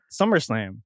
SummerSlam